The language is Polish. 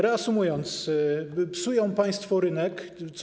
Reasumując, psują państwo rynek.